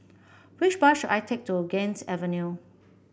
which bus should I take to Ganges Avenue